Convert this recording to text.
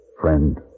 friend